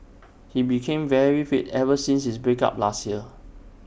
he became very fit ever since his break up last year